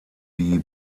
die